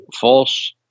false